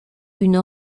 une